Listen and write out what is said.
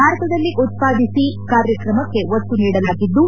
ಭಾರತದಲ್ಲಿ ಉತ್ಪಾದಿಸಿ ಕಾರ್ಯಕ್ರಮಕ್ಕೆ ಒತ್ತು ನೀಡಲಾಗಿದ್ದು